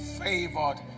favored